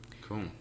Cool